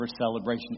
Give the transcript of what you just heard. celebration